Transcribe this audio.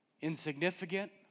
insignificant